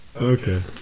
okay